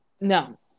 No